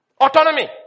Autonomy